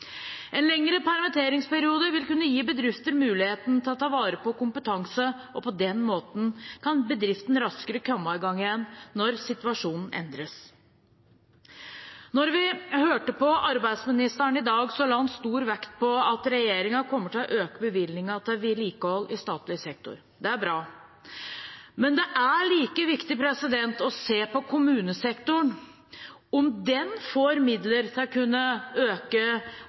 En lengre permitteringsperiode vil kunne gi bedrifter mulighet til å ta vare på kompetanse. På den måten kan bedriften raskere komme i gang igjen når situasjonen endres. Da vi hørte på arbeidsministeren i dag, la han stor vekt på at regjeringen kommer til å øke bevilgningene til vedlikehold i statlig sektor. Det er bra. Men det er like viktig å se på kommunesektoren – om den får midler til å kunne øke